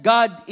God